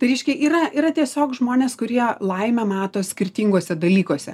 tai reiškia yra yra tiesiog žmonės kurie laimę mato skirtinguose dalykuose